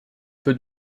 peut